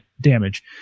damage